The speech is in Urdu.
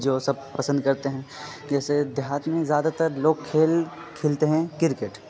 جو سب پسند کرتے ہیں جیسے دیہات میں زیادہ تر لوگ کھیل کھیلتے ہیں کرکٹ